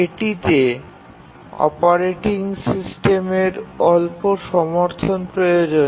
এখানে অপারেটিং সিস্টেমের সাহায্য প্রয়োজন হয়